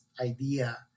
idea